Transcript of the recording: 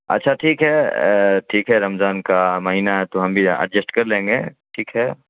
اچھا ٹھیک ہے ٹھیک ہے رمضان کا مہینہ ہے تو ہم بھی ایڈجسٹ کر لیں گے ٹھیک ہے